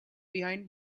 behind